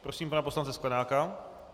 Prosím pana poslance Sklenáka.